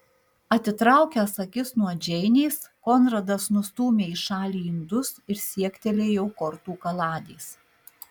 atitraukęs akis nuo džeinės konradas nustūmė į šalį indus ir siektelėjo kortų kaladės